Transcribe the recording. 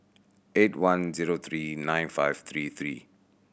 eight one zero three nine five three three